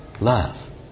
love